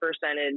percentage